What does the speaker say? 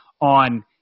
on